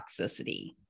toxicity